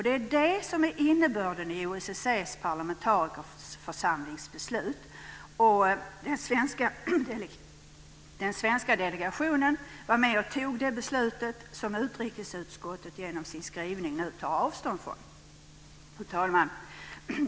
Det är det som är innebörden i OSSE:s parlamentarikers församlings beslut. Den svenska delegationen var med och fattade det beslutet, som utrikesutskottet genom sin skrivning nu tar avstånd från. Fru talman!